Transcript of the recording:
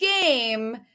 game